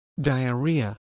Diarrhea